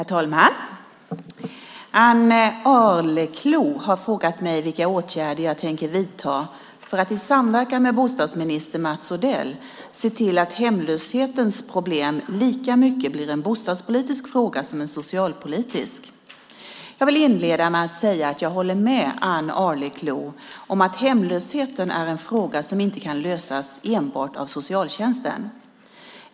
Herr talman! Ann Arleklo har frågat mig vilka åtgärder jag tänker vidta för att i samverkan med bostadsminister Mats Odell se till att hemlöshetens problem lika mycket blir en bostadspolitisk fråga som en socialpolitisk fråga. Jag vill inleda med att säga att jag håller med Ann Arleklo om att hemlösheten är en fråga som inte kan lösas av enbart socialtjänsten.